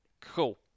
Cool